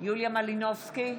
יוליה מלינובסקי,